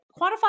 quantify